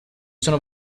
sono